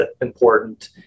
important